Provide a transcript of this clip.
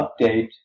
update